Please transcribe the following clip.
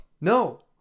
No